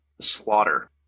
slaughter